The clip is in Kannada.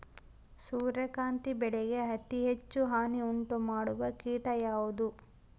ಸೂರ್ಯಕಾಂತಿ ಬೆಳೆಗೆ ಅತೇ ಹೆಚ್ಚು ಹಾನಿ ಉಂಟು ಮಾಡುವ ಕೇಟ ಯಾವುದು?